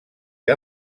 que